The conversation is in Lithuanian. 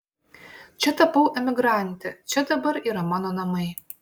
čia tapau emigrante čia dabar yra mano namai